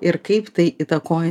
ir kaip tai įtakoja